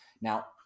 Now